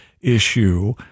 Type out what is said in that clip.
issue